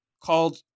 Called